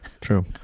True